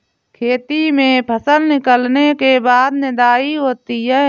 खेती में फसल निकलने के बाद निदाई होती हैं?